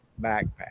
backpack